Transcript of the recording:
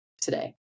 today